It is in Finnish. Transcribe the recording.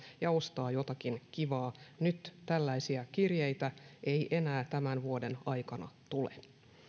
ja ostaa jotakin kivaa nyt tällaisia kirjeitä ei enää tämän vuoden aikana tule